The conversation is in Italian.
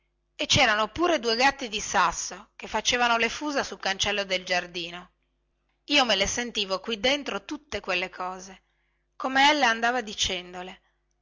e cerano pure due gatti di sasso che facevano le fusa sul cancello del giardino io me le sentivo qui dentro tutte quelle cose come ella andava dicendole